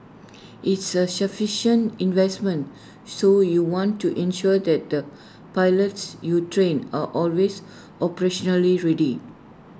it's A investment so you want to ensure that the pilots you train are always operationally ready